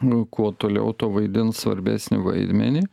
nu kuo toliau tuo vaidins svarbesnį vaidmenį